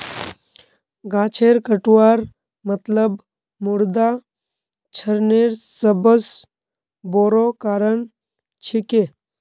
गाछेर कटवार मतलब मृदा क्षरनेर सबस बोरो कारण छिके